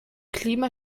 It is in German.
klima